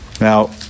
Now